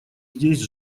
здесь